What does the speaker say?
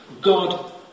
God